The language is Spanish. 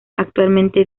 actualmente